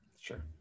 sure